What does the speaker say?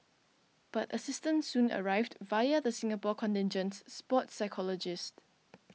but assistance soon arrived via the Singapore contingent's sports psychologist